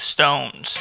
Stones